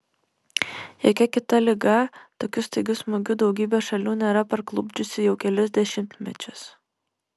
jokia kita liga tokiu staigiu smūgiu daugybės šalių nėra parklupdžiusi jau kelis dešimtmečius